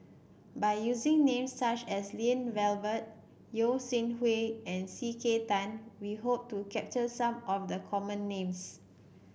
by using names such as Lloyd Valberg Yeo Shih Yun and C K Tang we hope to capture some of the common names